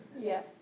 Yes